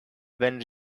when